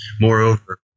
Moreover